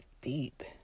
deep